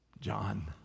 John